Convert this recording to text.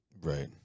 Right